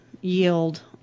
yield